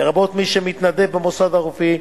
לרבות מי שמתנדב במוסד הרפואי,